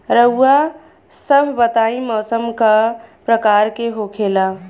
रउआ सभ बताई मौसम क प्रकार के होखेला?